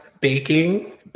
baking